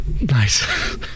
Nice